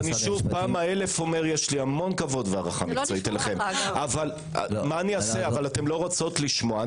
ויש לי המון כבוד והערכה מקצועית אליכן אבל אתן לא רוצות לשמוע.